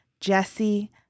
Jesse